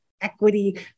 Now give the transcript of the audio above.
equity